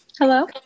hello